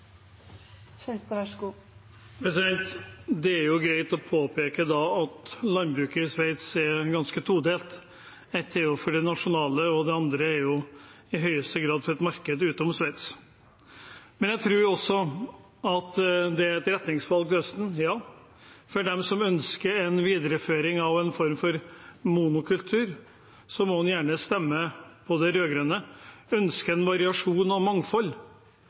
Det er greit å påpeke at landbruket i Sveits er ganske todelt. Ett er for det nasjonale, og det andre er i høyeste grad for et marked utenfor Sveits. Jeg tror også det er et retningsvalg til høsten. De som ønsker en videreføring av en form for monokultur, må gjerne stemme på de rød-grønne. Ønsker man variasjon og mangfold,